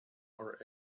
are